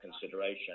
consideration